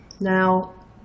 Now